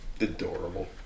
adorable